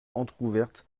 entrouverte